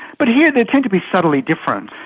but here they tend to be subtly different.